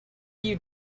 you